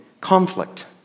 conflict